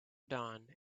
dawn